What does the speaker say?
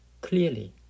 clearly